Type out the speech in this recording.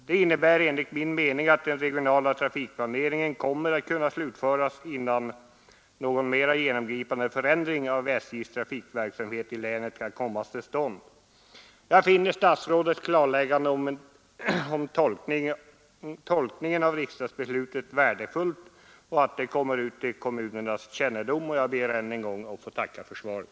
Det innebär enligt min mening att den regionala trafikplaneringen kommer att kunna slutföras innan någon mera genomgripande förändring av SJ:s trafikverksamhet i länet kan komma till stånd. Jag finner statsrådets klarläggande av tolkningen av riksdagsbeslutet värdefullt. Det är också värdefullt att detta kommer till kommunernas kännedom. Jag ber ännu en gång att få tacka för svaret.